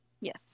yes